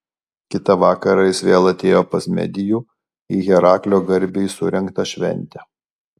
kitą vakarą jis vėl atėjo pas medijų į heraklio garbei surengtą šventę